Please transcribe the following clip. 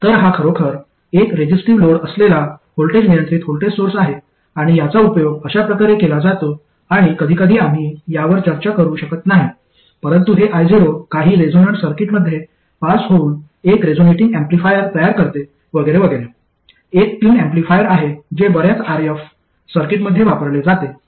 तर हा खरोखर एक रेझिस्टिव्ह लोड असलेला व्होल्टेज नियंत्रित व्होल्टेज सोर्स आहे आणि याचा उपयोग अशा प्रकारे केला जातो आणि कधीकधी आम्ही यावर चर्चा करू शकत नाही परंतु हे io काही रेझोनंट सर्किटमध्ये पास होऊन एक रेझोनेटिंग एम्पलीफायर तयार करते वगैरे वगैरे एक ट्यून एम्पलीफायर आहे जे बर्याच RF सर्किटमध्ये वापरले जाते